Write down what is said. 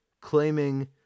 claiming